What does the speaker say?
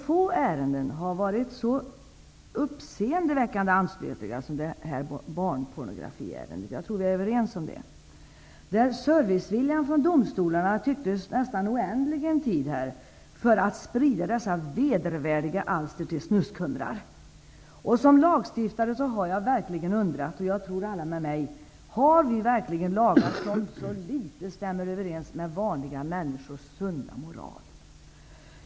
Få ärenden har varit så uppseendeväckande anstötliga som detta barnpornografiärende -- jag tror att vi är överens om det -- där serviceviljan från domstolarna tycktes oändlig för att sprida dessa vedervärdiga alster till snuskhumrar. Som lagstiftare har jag verkligen undrat, och jag tror många med mig: Har vi verkligen lagar som så litet stämmer överens med vanliga människors sunda moral?